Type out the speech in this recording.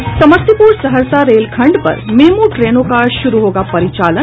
और समस्तीपुर सहरसा रेलखंड पर मेमू ट्रेनों का शुरू होगा परिचालन